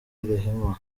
rehema